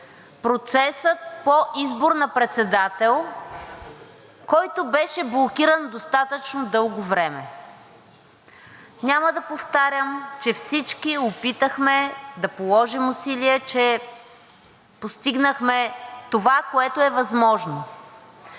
процеса по избор на председател, който беше блокиран достатъчно дълго време. Няма да повтарям, че всички опитахме да положим усилие, че постигнахме това, което е възможно.